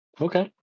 Okay